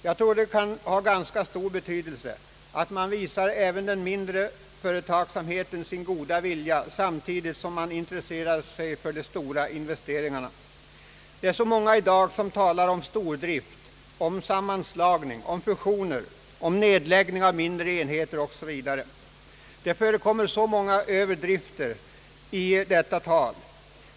Jag tror att det kan ha ganska stor betydelse att man visar även den mindre företagsamheten sin goda vilja samtidigt med att man intresserar sig för de stora investeringarna. Det är så många i dag som talar om stordrift, sammanslagning, fusioner, nedläggning av mindre enheter 0. s. v. Det förekommer många överdrifter i detta tal.